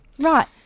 right